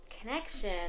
connection